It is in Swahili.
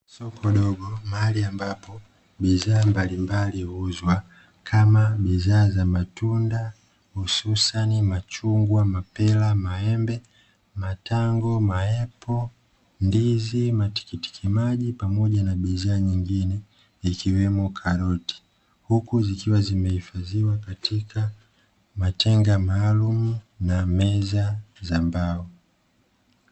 Soko dogo mahali ambapo bidhaa mbalimbali huuzwa kama bidhaa za matunda hususani: machungwa, mapera, maembe, matango, maepo, ndizi, matikitiki maji pamoja na bidhaa nyingine ikiwemo karoti huku zikiwa zimehifadhiwa katika matenga maalumu na meza za mbao.